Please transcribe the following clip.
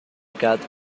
cat